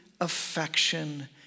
Affection